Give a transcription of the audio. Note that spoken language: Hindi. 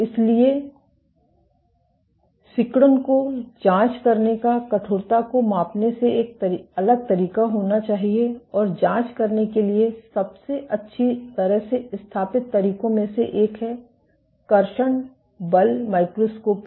इसलिए सिकुड़न को जांच करने का कठोरता को मापने से एक अलग तरीका होना चाहिए और जांच करने के सबसे अच्छी तरह से स्थापित तरीकों में से एक है कर्षण बल माइक्रोस्कोपी